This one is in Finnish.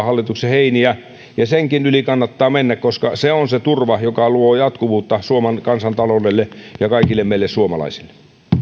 hallituksen heiniä senkin yli kannattaa mennä koska se on se turva joka luo jatkuvuutta suomen kansantaloudelle ja kaikille meille suomalaisille